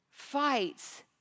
fights